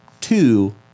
two